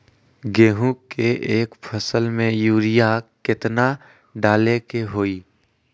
गेंहू के एक फसल में यूरिया केतना डाले के होई?